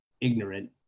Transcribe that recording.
ignorant